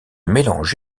mélange